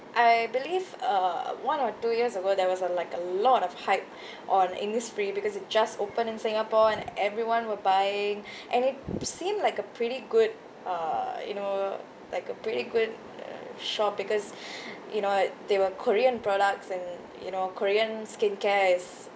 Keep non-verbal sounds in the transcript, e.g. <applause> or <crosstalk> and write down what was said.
I believe uh one or two years ago there was a like a lot of hype <breath> on Innisfree because it just open in singapore and everyone were buying <breath> and it seems like a pretty good uh you know like a pretty good uh shop because <breath> you know they were korean products and you know korean skincare is